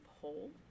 hole